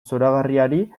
zoragarriari